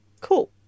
Cool